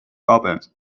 opens